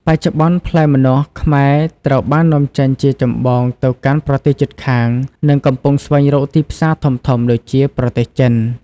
បច្ចុប្បន្ន ផ្លែម្នាស់ខ្មែរត្រូវបាននាំចេញជាចម្បងទៅកាន់ប្រទេសជិតខាង និងកំពុងស្វែងរកទីផ្សារធំៗដូចជា ប្រទេសចិន។